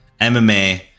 MMA